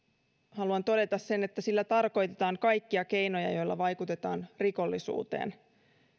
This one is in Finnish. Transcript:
haluan todeta sen että sillä tarkoitetaan kaikkia keinoja joilla vaikutetaan rikollisuuteen